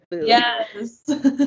Yes